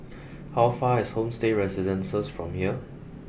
how far away is Homestay Residences from here